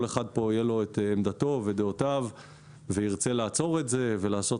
אחד יהיו עמדתו ודעותיו וירצה לעצור את זה ולעשות